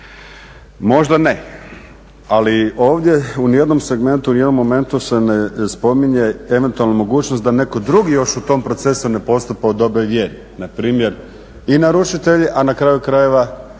Možda ne, ali ovdje u nijednom segmentu, u nijednom momentu se ne spominje eventualno mogućnost da netko drugi još u tom procesu ne postupa u dobroj vjeri. Na primjer i naručitelji, a na kraju krajeva